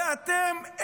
ואתם,